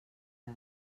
les